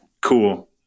cool